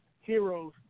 heroes